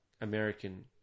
American